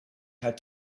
had